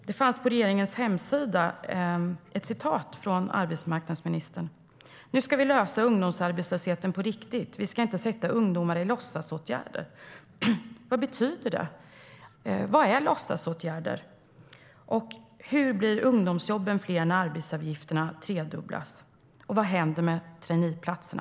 Det finns på regeringens hemsida ett citat av arbetsmarknadsministern: "Nu ska vi lösa ungdomsarbetslösheten på riktigt. Vi ska inte sätta ungdomar i låtsasåtgärder." Vad betyder det? Vad är låtsasåtgärder? Hur blir ungdomsjobben fler när arbetsgivaravgifterna tredubblas? Och vad händer med traineeplatserna?